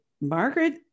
Margaret